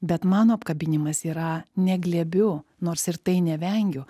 bet mano apkabinimas yra ne glėbiu nors ir tai nevengiu